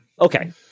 Okay